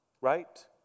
right